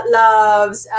loves